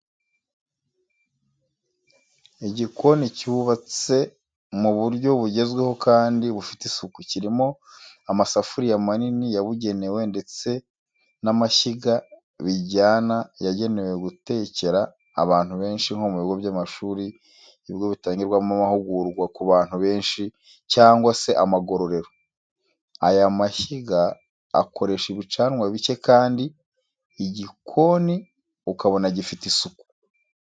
Igikoni cyubatse mu buryo bugezweho kandi bufite isuku, kirimo amasafuriya manini yabugenewe ndetse n'amashyiga bijyana yagenewe gutekera abantu benshi nko mu bigo by'amashuri, ibigo bitangirwamo amahugurwa ku bantu benshi, cyangwa se amagororero . Aya mashyiga akoresha ibicanwa bike kandi igikoni ukabona gifite isuku.